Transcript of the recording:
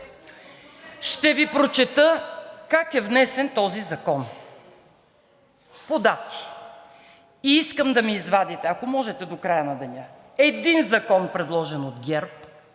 Ще Ви прочета как е внесен този закон по дати и искам да ми извадите, ако можете, до края на деня един закон, предложен от ГЕРБ,